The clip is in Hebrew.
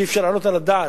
שאי-אפשר להעלות על הדעת,